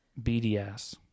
BDS